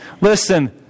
listen